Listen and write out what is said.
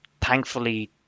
thankfully